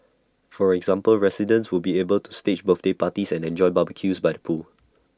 for example residents will be able to stage birthday parties and enjoy barbecues by the pool